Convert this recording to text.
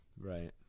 Right